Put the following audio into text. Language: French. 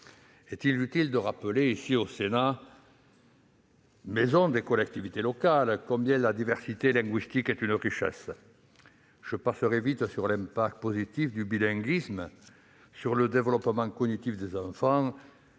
Est-il utile de rappeler ici, au Sénat, maison des collectivités locales, combien la diversité linguistique est une richesse ? Je passerai vite sur l'impact positif du bilinguisme sur le développement cognitif des enfants.